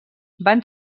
van